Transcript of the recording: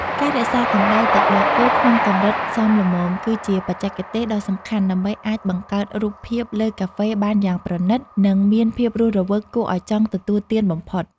ការរក្សាកម្តៅទឹកដោះគោក្នុងកម្រិតសមល្មម គឺជាបច្ចេកទេសដ៏សំខាន់ដើម្បីអាចបង្កើតរូបភាពលើកាហ្វេបានយ៉ាងប្រណីត និង មានភាពរស់រវើកគួរឱ្យចង់ទទួលទានបំផុត។